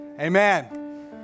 amen